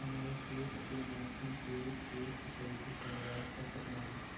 हमरा खेत के माटी के टेस्ट कैसे करवा सकत बानी?